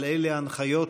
אבל אלה ההנחיות